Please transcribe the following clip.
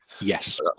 yes